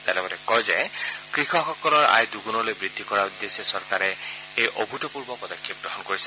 তেওঁ লগতে কয় কৃষকসকলৰ আয় দূগুণলৈ বৃদ্ধি কৰাৰ উদ্দেশ্যে চৰকাৰে এই অভূতপূৰ্ব পদক্ষেপ গ্ৰহণ কৰিছে